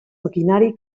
maquinari